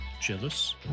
Jealous